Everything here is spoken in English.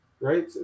right